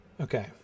okay